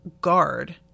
guard